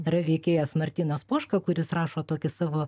yra veikėjas martynas poška kuris rašo tokį savo